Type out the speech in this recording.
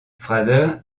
fraser